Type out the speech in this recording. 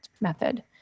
method